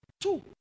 two